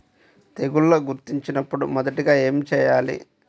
తెగుళ్లు గుర్తించినపుడు మొదటిగా ఏమి చేయాలి?